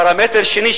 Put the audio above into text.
פרמטר שני,